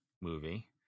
movie